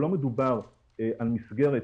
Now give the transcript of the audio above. לא מדובר על מסגרת